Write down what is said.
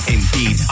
indeed